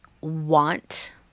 want